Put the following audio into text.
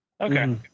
Okay